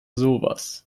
sowas